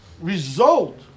result